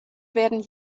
werden